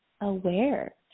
aware